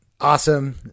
awesome